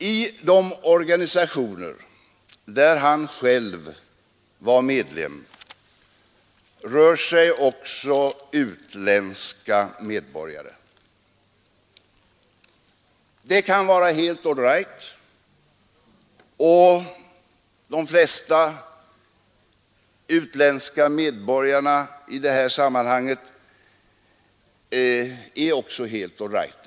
I de organisationer där han var medlem rör sig också utländska medborgare. De kan vara helt all right, och de flesta utländska medborgarna i detta sammanhang är också helt all right.